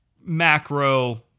macro